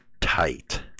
tight